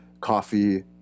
coffee